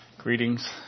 Greetings